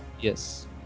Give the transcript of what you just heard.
yes